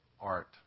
art